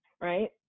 right